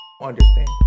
understand